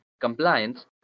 compliance